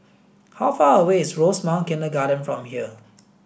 how far away is Rosemount Kindergarten from here